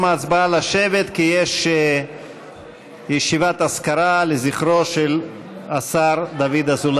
ארבע שנות כישלון של הממשלה בהגנה על האזרחים בעוטף עזה,